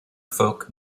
folk